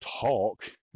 talk